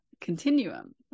continuum